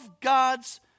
God's